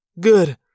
Good